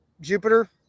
Jupiter